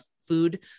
food